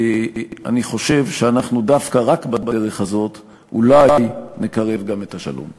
אני חושב שדווקא רק בדרך הזאת אנחנו אולי נקרב גם את השלום.